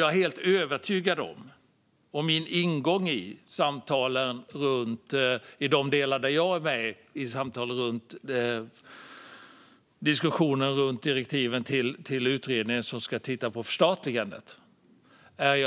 Jag är helt övertygad om att man måste ta hand om detta. Det är min ingång i de delar av samtalen som jag är med i när det gäller direktiven till utredningen som ska titta på förstatligandet. Det har